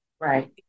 Right